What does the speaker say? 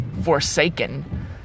forsaken